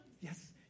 yes